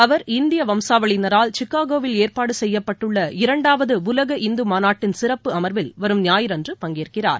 அவர் இந்திய வம்சாவளியினரால் சிகாகோவில் ஏற்பாடு செய்யப்பட்டுள்ள இரண்டாவது உலக இந்து மாநாட்டின் சிறப்பு அமர்வில் வரும் ஞாயிறன்று பங்கேற்கிறார்